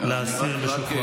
לאסיר משוחרר.